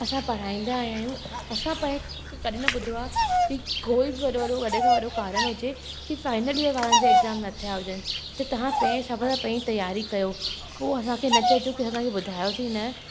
असां पढ़ाईंदा आहियूं असां पहिले कॾहिं न ॿुधो आहे की कोई बि वॾो वॾो वॾे खां वॾो कारण हुजे की फाइनल ईयर वारनि जा एग्ज़ाम न थिया हुजनि त तव्हां पंहिंजे हिसाब सां पंहिंजी तयारी कयो पोइ असांखे न चइजो की असांखे ॿुधायोसीं न